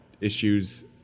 issues